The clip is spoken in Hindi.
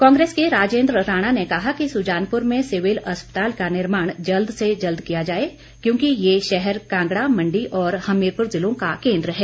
कांग्रेस के राजेंद्र राणा ने कहा कि सुजानपुर में सिविल अस्पताल का निर्माण जल्द से जल्द किया जाए क्योंकि ये शहर कांगड़ा मण्डी और हमीरपुर जिलों का केन्द्र है